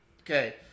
Okay